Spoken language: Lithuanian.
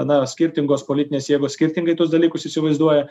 na skirtingos politinės jėgos skirtingai tuos dalykus įsivaizduoja